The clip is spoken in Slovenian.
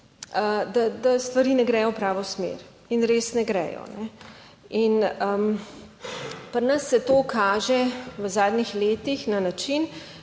da stvari ne gredo v pravo smer in res ne grejo. Pri nas se to kaže v zadnjih letih na način,